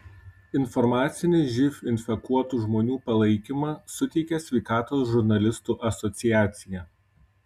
informacinį živ infekuotų žmonių palaikymą suteikia sveikatos žurnalistų asociacija